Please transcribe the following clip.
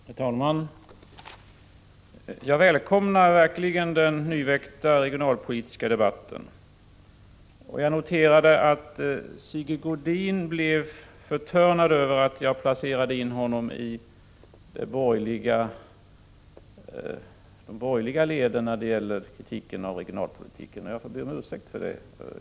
Herr talman! Jag välkomnar verkligen den nyväckta regionalpolitiska debatten och jag noterade att Sigge Godin blev förtörnad över att jag placerade honom i de borgerliga leden när det gäller kritiken av regionalpolitiken. Jag får be om ursäkt för det.